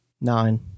Nine